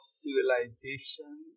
civilization